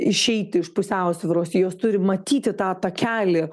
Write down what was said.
išeiti iš pusiausvyros jos turi matyti tą takelį